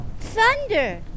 Thunder